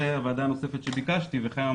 זו הוועדה הנוספת שביקשתי להיות חבר בה וחיים כץ